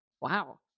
wow